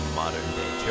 modern-day